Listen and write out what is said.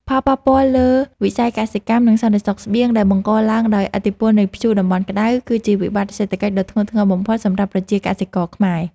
ផលប៉ះពាល់លើវិស័យកសិកម្ម និងសន្តិសុខស្បៀង ដែលបង្កឡើងដោយឥទ្ធិពលនៃព្យុះតំបន់ក្ដៅ គឺជាវិបត្តិសេដ្ឋកិច្ចដ៏ធ្ងន់ធ្ងរបំផុតសម្រាប់ប្រជាកសិករខ្មែរ។